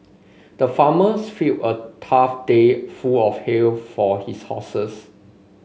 the farmers filled a tough day full of hay for his horses